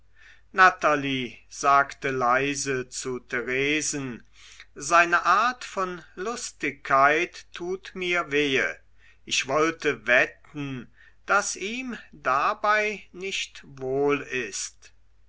natalie sagte leise zu theresen seine art von lustigkeit tut mir wehe ich wollte wetten daß ihm dabei nicht wohl ist